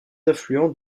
affluent